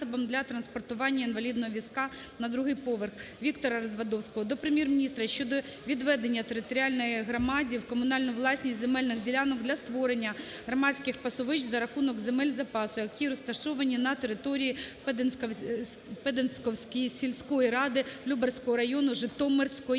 Віктора Развадовського до Прем'єр-міністра щодо відведення територіальній громаді у комунальну власність земельних ділянок для створення громадських пасовищ за рахунок земель запасу, які розташовані на території Пединківської сільської ради Любарського району Житомирської